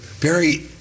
Barry